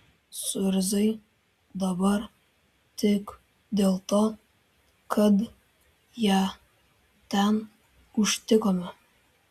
suirzai dabar tik dėl to kad ją ten užtikome